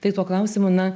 tai tuo klausimu na